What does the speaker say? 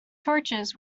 torches